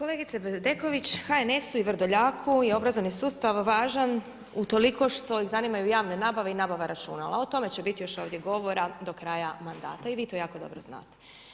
Kolegice Bedeković HNS-u i Vrdoljaku je obrazovni sustav važan utoliko što ih zanimaju javne nabave i nabava računala, o tome će biti još ovdje govora do kraja mandata i vi to jako dobro znate.